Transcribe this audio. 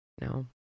No